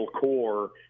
core